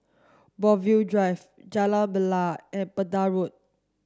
Brookvale Drive Jalan Bilal and Pender Road